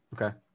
Okay